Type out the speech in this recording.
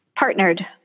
partnered